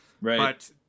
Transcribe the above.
Right